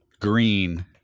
Green